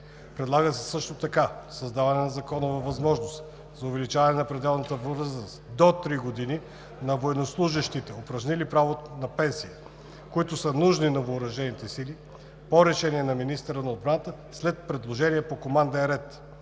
Предлага се също така създаване на законова възможност за увеличаване на пределната възраст до три години на военнослужещите, упражнили право на пенсия, които са нужни на въоръжените сили, по решение на министъра на отбраната след предложение по команден